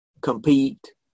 compete